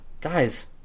Guys